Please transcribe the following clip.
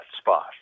spot